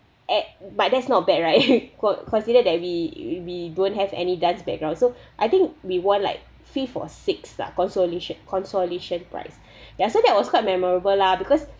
at but that's not bad right con~ consider that we we don't have any dance background so I think we won like fifth or sixth consolation consolation prize ya so that was quite memorable lah because